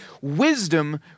wisdom